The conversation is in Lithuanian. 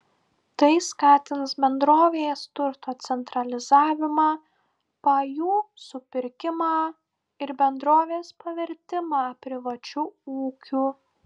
tai skatins bendrovės turto centralizavimą pajų supirkimą ir bendrovės pavertimą privačiu ūkiu